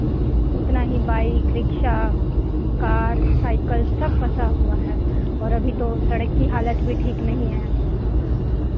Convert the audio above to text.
उतना ही bike rickshaw car cycle सब फँसा हुआ है और अभी तो सड़क की हालत भी ठीक नहीं है